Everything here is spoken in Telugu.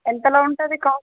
ఎంతలో ఉంటుంది కాస్ట్